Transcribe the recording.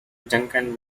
duncan